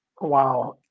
Wow